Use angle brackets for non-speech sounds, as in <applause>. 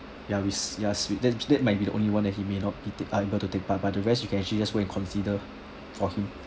ya which ya <noise> that that might be the only one that he may not be are able to take part but the rest you can actually just go and consider for him